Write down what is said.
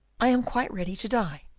i am quite ready to die,